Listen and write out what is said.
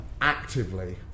actively